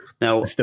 Now